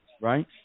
Right